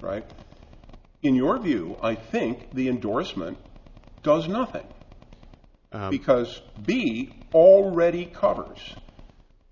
right in your view i think the endorsement does nothing because the already covers